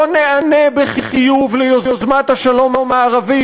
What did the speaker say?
לא ניענה בחיוב ליוזמת השלום הערבית,